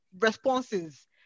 Responses